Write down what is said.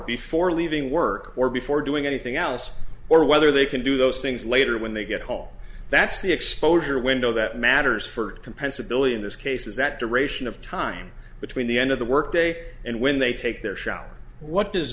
before leaving work or before doing anything else or whether they can do those things later when they get hall that's the exposure window that matters for compressibility in this case is that duration of time between the end of the workday and when they take their shower what does